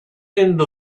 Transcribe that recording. into